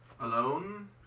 Alone